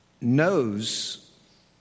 Knows